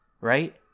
right